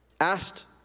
asked